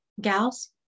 Gals